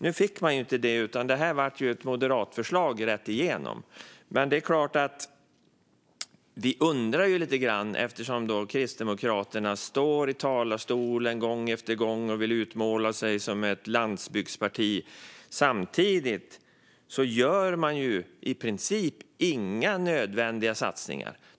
Nu fick man inte det, utan det blev ett moderatförslag rätt igenom. Men det är klart att vi undrar lite grann. Kristdemokraterna står i talarstolen gång efter gång och vill utmåla sig som ett landsbygdsparti. Samtidigt gör man i princip inga nödvändiga satsningar.